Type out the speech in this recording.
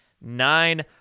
nine